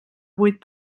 vuit